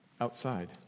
outside